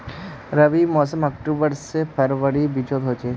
रविर मोसम अक्टूबर से फरवरीर बिचोत होचे